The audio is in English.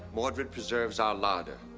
mordred preserves our larder.